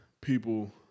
people